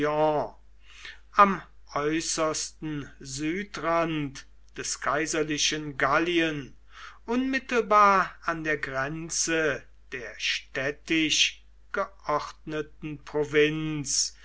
am äußersten südrand des kaiserlichen gallien unmittelbar an der grenze der städtisch geordneten provinz